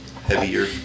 heavier